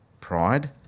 pride